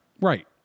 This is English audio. right